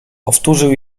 powtórzył